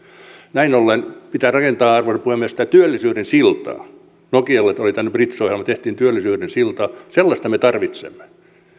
näin ollen pitää rakentaa arvoisa puhemies sitä työllisyyden siltaa nokialla oli tämä bridge ohjelma tehtiin työllisyyden siltaa sellaista me tarvitsemme